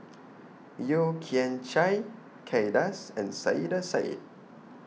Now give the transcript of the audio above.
Yeo Kian Chai Kay Das and Saiedah Said